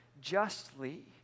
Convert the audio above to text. justly